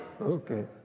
Okay